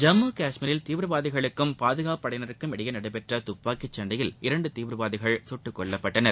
ஜம்மு காஷ்மீரில் தீவிரவாதிகளுக்கும் பாதுகாப்புப் படையினருக்கும் இடையே நடைபெற்ற துப்பாக்கிச் சண்டையில் இரண்டு தீவிரவாதிகள் சுட்டுக் கொல்லப்பட்டனர்